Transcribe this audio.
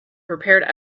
prepared